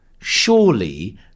surely